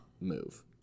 move